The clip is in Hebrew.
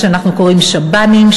מה שאנחנו קוראים שב"נים,